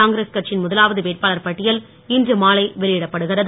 காங்கிரஸ் கட்சியின் முதலாவது வேட்பாளர் பட்டியல் இன்று மாலை வெளியிடப்படுகிறது